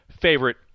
favorite